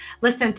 listen